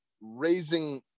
raising